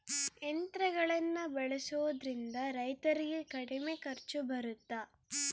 ಯಂತ್ರಗಳನ್ನ ಬಳಸೊದ್ರಿಂದ ರೈತರಿಗೆ ಕಡಿಮೆ ಖರ್ಚು ಬರುತ್ತಾ?